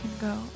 go